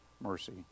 mercy